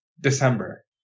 December